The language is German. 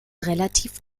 relativ